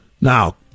Now